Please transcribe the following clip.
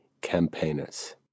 campaigners